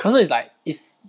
可是 is like is